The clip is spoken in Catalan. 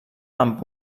amb